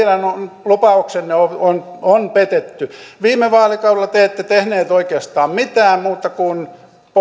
teidän lupauksenne on on petetty viime vaalikaudella te ette tehneet oikeastaan mitään muuta kuin